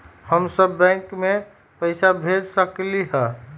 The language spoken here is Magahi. हम सब बैंक में पैसा भेज सकली ह?